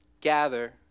gather